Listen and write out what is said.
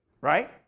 right